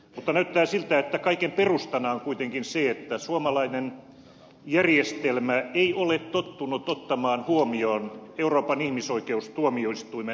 mutta näyttää siltä että kaiken perustana on kuitenkin se että suomalainen järjestelmä ei ole tottunut ottamaan huomioon euroopan ihmisoikeustuomioistuimen ennakkopäätöksiä